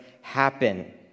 happen